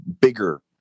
bigger